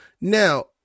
Now